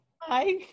Hi